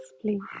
please